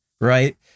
Right